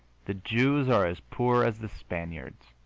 the jews are as poor as the spaniards.